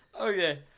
Okay